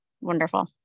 wonderful